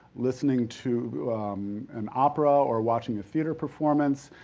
listening to an opera or watching a theater performance.